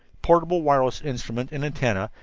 portable wireless instrument and antennae,